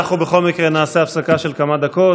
אנחנו בכל מקרה נעשה הפסקה של כמה דקות.